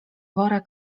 wora